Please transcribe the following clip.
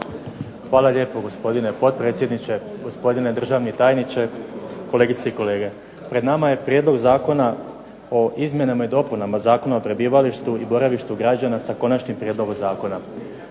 Hvala lijepo. Gospodine potpredsjedniče, gospodine državni tajniče, kolegice i kolege. Pred nama je Prijedlog zakona o izmjenama i dopunama Zakona o prebivalištu i boravištu građana s konačnim prijedlogom zakona.